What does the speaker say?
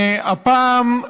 והפעם,